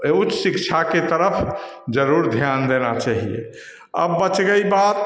उच्च शिक्षा के तरफ जरूर ध्यान देना चाहिए अब बच गई बात